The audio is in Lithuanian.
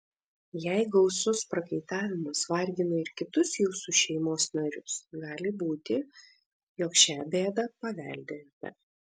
jei gausus prakaitavimas vargina ir kitus jūsų šeimos narius gali būti jog šią bėdą paveldėjote